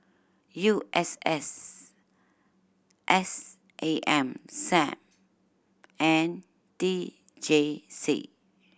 U S S S A M Sam and T J C